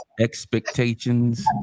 Expectations